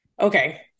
okay